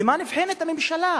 במה נבחנת הממשלה?